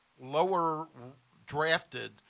lower-drafted